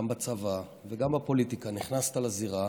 גם בצבא וגם בפוליטיקה נכנסת לזירה